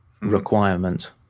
requirement